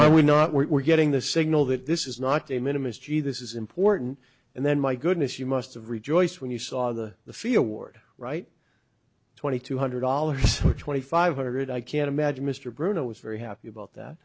see we're not we're getting the signal that this is not de minimus gee this is important and then my goodness you must have rejoiced when you saw the the fear ward right twenty two hundred dollars twenty five hundred i can't imagine mr bruno was very happy about that